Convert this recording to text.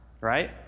right